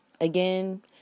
Again